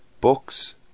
books